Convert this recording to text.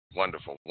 wonderful